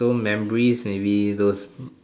so memories maybe those